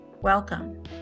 Welcome